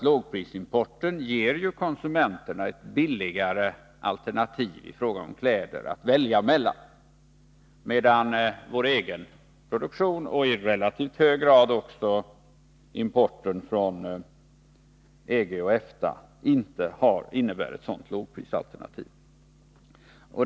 Lågprisimporten ger ju konsumenterna möjlighet att välja mellan billigare alternativ i fråga om kläder, medan vår egen produktion och i relativt hög grad även importen från EG och EFTA inte har inneburit ett lågprisalternativ.